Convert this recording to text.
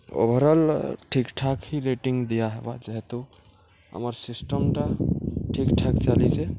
overall ଠିକ୍ ଠାକ୍ ହିଁ ରେଟିଂ ଦିଆ ହେବା ଯେହେତୁ ଆମର୍ ସିଷ୍ଟମ୍ଟା ଠିକ୍ ଠାକ୍ ଚାଲିଚେ